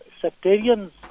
sectarians